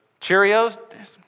Cheerios